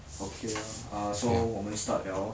okay orh ah so 我们 start liao orh